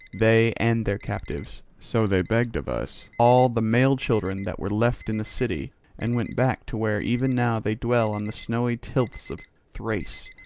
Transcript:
they and their captives. so they begged of us all the male children that were left in the city and went back to where even now they dwell on the snowy tilths of thrace.